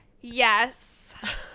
Yes